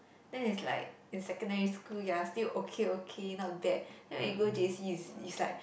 then it's like in secondary school you are still okay okay not bad then when you go J_C it's it's like